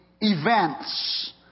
events